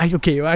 okay